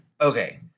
Okay